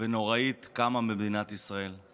ונוראית קמה במדינת ישראל.